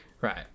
right